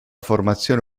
formazione